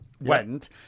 Went